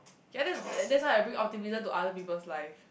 ya that that's why I bring optimism to other people's life